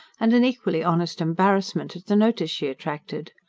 and an equally honest embarrassment at the notice she attracted.